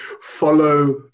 follow